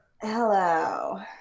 hello